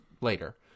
later